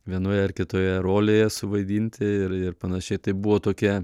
vienoje ar kitoje rolėje suvaidinti ir ir panašiai tai buvo tokie